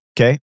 Okay